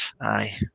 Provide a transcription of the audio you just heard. Aye